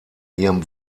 ihrem